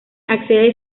accede